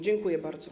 Dziękuję bardzo.